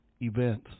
events